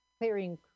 clearing